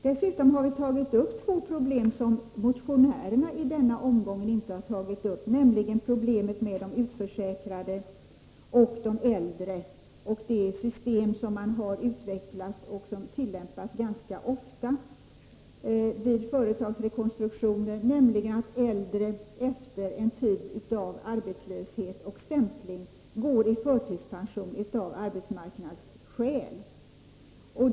Dessutom har vi tagit upp två problem som motionärerna i denna omgång inte har tagit upp, problemet med de utförsäkrade och de äldre samt problemet med det system man utvecklat och som tillämpas ganska ofta vid företagsrekonstruktioner, nämligen att äldre efter en tid av arbetslöshet och stämpling går i förtidspension av arbetsmarknadsskäl.